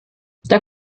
der